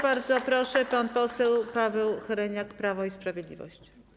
Bardzo proszę, pan poseł Paweł Hreniak, Prawo i Sprawiedliwość.